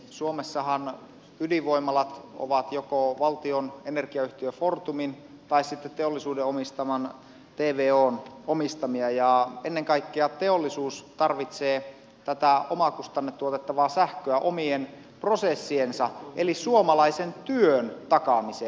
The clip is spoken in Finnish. suomessahan ydinvoimalat ovat joko valtion energiayhtiön fortumin tai sitten teollisuuden omistaman tvon omistamia ja ennen kaikkea teollisuus tarvitsee tätä omakustannetuotettavaa sähköä omien prosessiensa eli suomalaisen työn takaamiseen